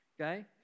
okay